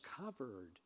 covered